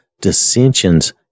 dissensions